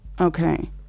Okay